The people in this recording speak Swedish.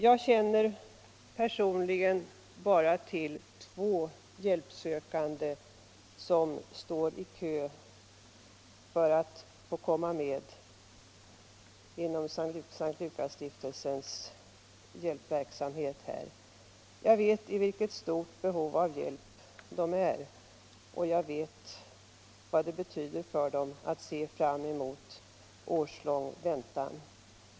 Jag känner personligen bara till två hjälpsökande som står i kö till S:t Lukasstiftelsens hjälpverksamhet. Men jag vet i vilket stort behov av hjälp de är och vad det betyder för dem att se fram emot årslång väntan.